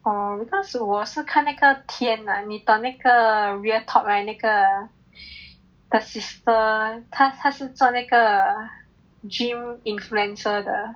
oh because 我是看那个天啊你懂那个 real talk right 那个 a sister 他他是做那个那个 gym influencer 的